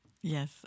Yes